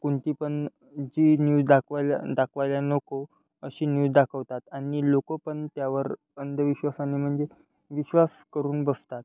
कोणती पण जी न्यूज दाखवायला दाखवायला नको अशी न्यूज दाखवतात आणि लोकपण त्यावर अंधविश्वासाने म्हणजे विश्वास करून बसतात